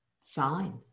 sign